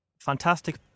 Fantastic